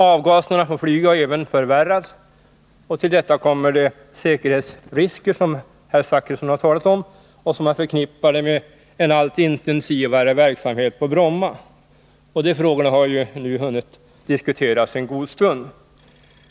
Avgaserna från flyget har även förvärrats, och till detta kommer de säkerhetsrisker som är förknippade med en allt intensivare verksamhet på Bromma. De här frågorna har nu hunnit diskuteras en god stund.